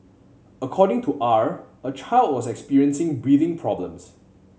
according to R a child was experiencing breathing problems